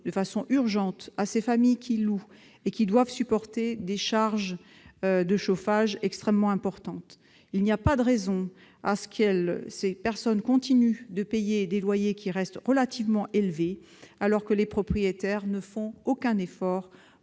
une réponse urgente aux familles qui louent et qui doivent supporter des charges de chauffage extrêmement importantes. Il n'y a pas de raison qu'elles continuent de payer des loyers assez élevés, alors que les propriétaires ne font aucun effort